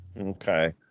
Okay